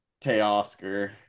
Teoscar